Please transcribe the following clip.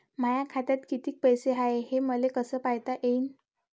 माया खात्यात कितीक पैसे हाय, हे मले कस पायता येईन?